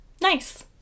Nice